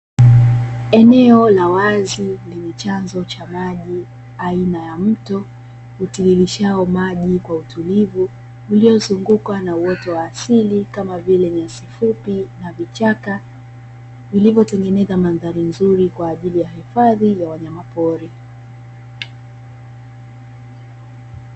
Eneo la wazi lenye chanzo cha maji aina ya mto, utiririshao maji kwa utulivu, uliozungukwa na uoto wa asili kama vile nyasi fupi na vichaka, vilivyotengeneza mandhari nzuri kwa ajili ya hifadhi ya wanyamapori.